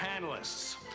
panelists